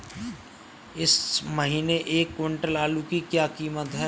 इस महीने एक क्विंटल आलू की क्या कीमत है?